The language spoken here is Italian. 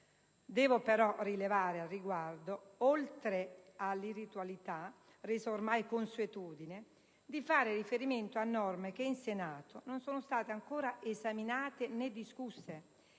Devo però rilevare al riguardo, oltre all'irritualità, resa ormai consuetudine, di fare riferimento a norme che in Senato non sono state ancora esaminate né discusse,